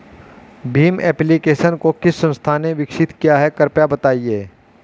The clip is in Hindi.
भीम एप्लिकेशन को किस संस्था ने विकसित किया है कृपया बताइए?